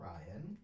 Ryan